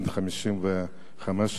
בן 55,